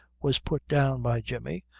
was put down by jemmy,